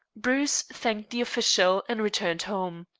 bruce thanked the official and returned home.